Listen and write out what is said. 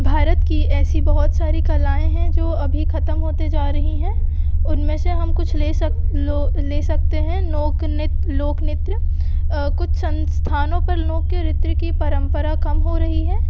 भारत की ऐसी बहुत सारी कलाएं हैं जो अभी ख़त्म होती जा रही हैं उन में से हम कुछ ले सक लो ले सकते हैं नोक नित लोक नृत्य कुछ संस्थानों पर लोक नृत्य की परम्परा कम हो रही है